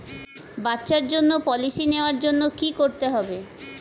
বাচ্চার জন্য পলিসি নেওয়ার জন্য কি করতে হবে?